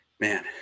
man